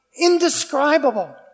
indescribable